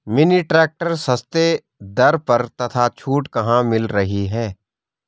Mini tractor सस्ते दर पर तथा छूट कहाँ मिल रही है?